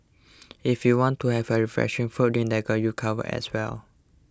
if you want to have a refreshing fruit drink they got you covered as well